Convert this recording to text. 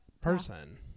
person